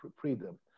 freedom